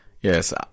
Yes